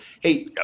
hey